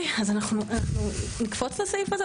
אז אנחנו נקפוץ לסעיף הזה?